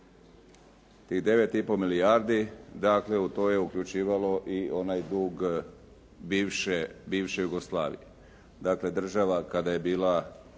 Tih 9,5 milijardi dakle u to je uključivalo i onaj dug bivše Jugoslavije, dakle država kada je bila